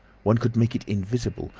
one could make it invisible!